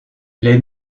les